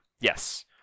Yes